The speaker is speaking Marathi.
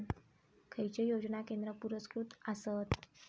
खैचे योजना केंद्र पुरस्कृत आसत?